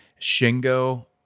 Shingo